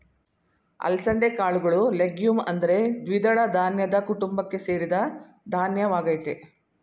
ಅಲಸಂದೆ ಕಾಳುಗಳು ಲೆಗ್ಯೂಮ್ ಅಂದರೆ ದ್ವಿದಳ ಧಾನ್ಯದ ಕುಟುಂಬಕ್ಕೆ ಸೇರಿದ ಧಾನ್ಯವಾಗಯ್ತೆ